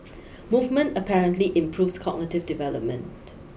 movement apparently improves cognitive development